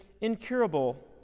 incurable